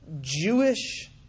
Jewish